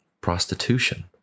prostitution